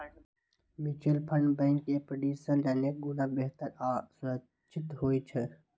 mutual fund bank FD सं अनेक गुणा बेहतर आ सुरक्षित होइ छै